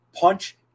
punch